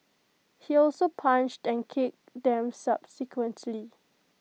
he also punched and kicked them subsequently